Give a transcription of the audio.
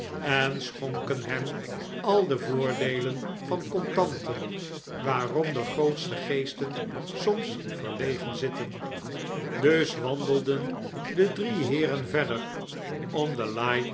en schonken hem al de voordeelen van contanten waarom de grootste geesten soms verlegen zitten dus wandelden de drie heeren verder om de